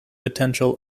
potential